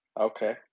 Okay